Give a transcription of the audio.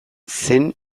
zen